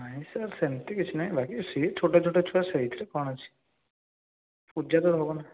ନାହିଁ ସାର୍ ସେମିତି କିଛି ନାହିଁ ବାକି ସିଏ ଛୋଟ ଛୋଟ ଛୁଆ ସେଇଥିରେ କ'ଣ ଅଛି ପୂଜା ତ ହବନା